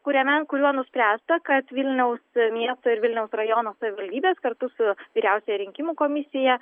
kuriame kuriuo nuspręsta kad vilniaus miesto ir vilniaus rajono savivaldybės kartu su vyriausiąja rinkimų komisija